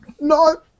no